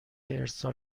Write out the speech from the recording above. ارسال